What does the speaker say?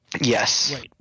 Yes